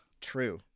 True